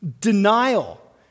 Denial